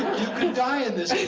you can die in this